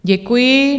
Děkuji.